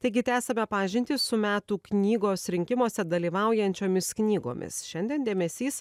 taigi tęsiame pažintį su metų knygos rinkimuose dalyvaujančiomis knygomis šiandien dėmesys